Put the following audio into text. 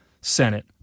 Senate